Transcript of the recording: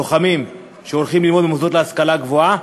לוחמים, שהולכים ללמוד במוסדות להשכלה גבוהה.